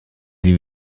sie